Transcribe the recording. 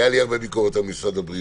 הייתה לי הרבה ביקורת על משרד הבריאות,